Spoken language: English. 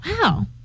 Wow